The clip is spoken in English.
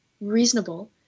reasonable